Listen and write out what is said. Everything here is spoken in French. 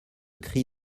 cri